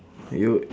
you